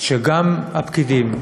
שגם הפקידים,